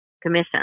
commission